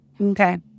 Okay